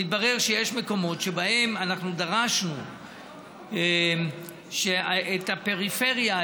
יש מקומות שבהם אנחנו דרשנו שאת הפריפריה,